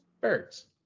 Birds